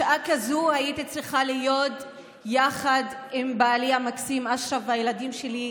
בשעה הזו הייתי צריכה להיות יחד עם בעלי המקסים אשרף והילדים שלי,